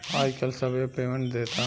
आजकल सब app payment देता